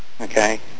Okay